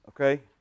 okay